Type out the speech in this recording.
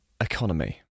economy